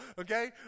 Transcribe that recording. okay